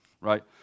Right